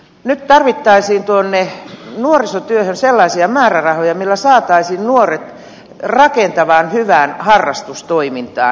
nyt tarvittaisiin tuonne nuorisotyöhön sellaisia määrärahoja millä saataisiin nuoret rakentavaan hyvään harrastustoimintaan